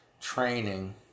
training